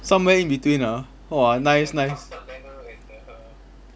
somewhere in between ah !whoa! nice nice